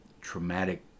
traumatic